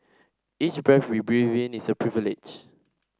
each breath we breathe in is a privilege